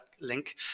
link